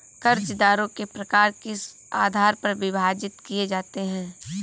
कर्जदारों के प्रकार किस आधार पर विभाजित किए जाते हैं?